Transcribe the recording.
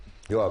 יואב.